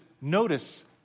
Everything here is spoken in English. notice